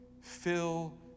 fill